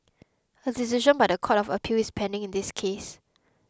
a decision by the court of appeal is pending in this case